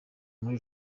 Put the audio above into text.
muri